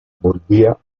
volvía